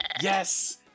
yes